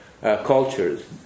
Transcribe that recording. cultures